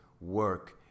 work